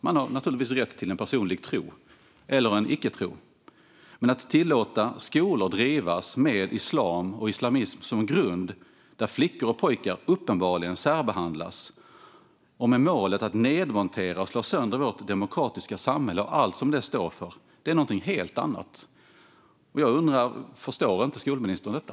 Man har naturligtvis rätt till en personlig tro eller en icke-tro, men att tillåta skolor att drivas med islam och islamism som grund, med uppenbar särbehandling av flickor och pojkar och med målet att nedmontera och slå sönder vårt demokratiska samhälle och allt som det står för, är något helt annat. Jag undrar: Förstår inte skolministern detta?